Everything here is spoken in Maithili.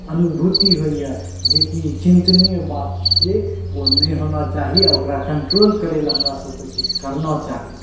अनुभूति होइए जे कि चिन्तनीय बात छिए ओ नहि होना चाही आओर ओकरा कन्ट्रोल करैलए हमरासबके किछु करना चाही